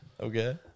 Okay